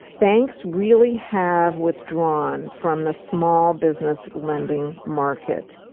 banks really have withdrawn from the small business lending market.